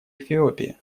эфиопии